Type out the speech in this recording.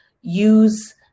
use